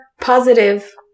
positive